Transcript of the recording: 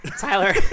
Tyler